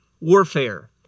warfare